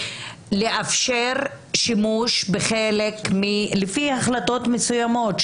לאפשר להם שימוש בחלק מהכסף לפי החלטות מסוימות,